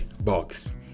Box